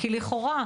כי לכאורה,